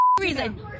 reason